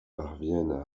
parviennent